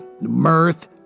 mirth